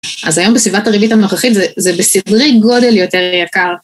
אז היום בסביבת הריבית הנוכחית זה בסדרי גודל יותר יקר.